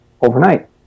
overnight